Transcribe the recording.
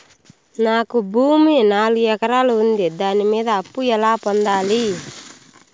నాకు భూమి నాలుగు ఎకరాలు ఉంది దాని మీద అప్పు ఎలా పొందాలి?